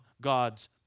God's